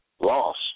lost